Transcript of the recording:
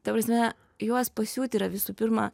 ta prasme juos pasiūti yra visų pirma